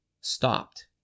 stopped